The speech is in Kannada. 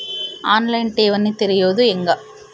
ಆನ್ ಲೈನ್ ಠೇವಣಿ ತೆರೆಯೋದು ಹೆಂಗ?